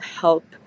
help